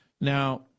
Now